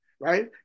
right